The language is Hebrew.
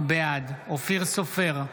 בעד אופיר סופר,